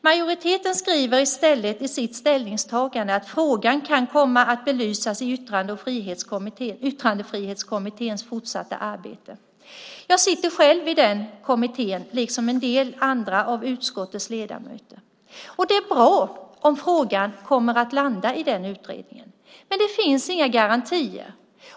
Majoriteten skriver i stället i sitt ställningstagande att frågan kan komma att belysas i Yttrandefrihetskommitténs fortsatta arbete. Jag sitter själv i den kommittén liksom en del andra av utskottets ledamöter. Det är bra om frågan kommer att landa i den utredningen, men det finns inga garantier.